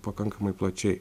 pakankamai plačiai